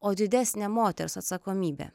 o didesnė moters atsakomybė